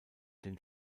den